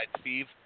Steve